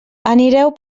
anireu